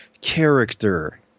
character